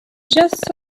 just